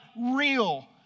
real